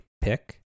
pick